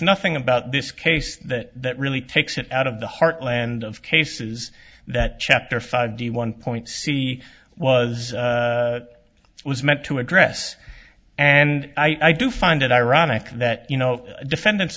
nothing about this case that really takes it out of the heartland of cases that chapter five d one point c was was meant to address and i do find it ironic that you know defendants